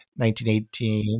1918